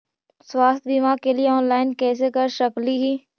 स्वास्थ्य बीमा के लिए ऑनलाइन कैसे कर सकली ही?